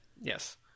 yes